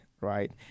right